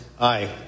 Aye